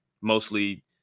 mostly